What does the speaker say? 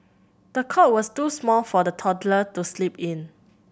the cot was too small for the toddler to sleep in